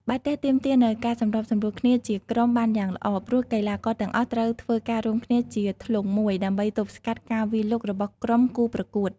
បាល់ទះទាមទារនូវការសម្របសម្រួលគ្នាជាក្រុមបានយ៉ាងល្អ ព្រោះកីឡាករទាំងអស់ត្រូវធ្វើការរួមគ្នាជាធ្លុងមួយដើម្បីទប់ស្កាត់ការវាយលុករបស់ក្រុមគូប្រកួត។